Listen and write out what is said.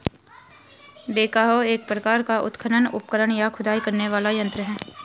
backhoe एक प्रकार का उत्खनन उपकरण, या खुदाई करने वाला यंत्र है